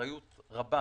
באחריות רבה